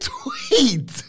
tweet